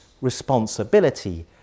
responsibility